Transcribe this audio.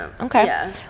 Okay